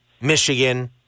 Michigan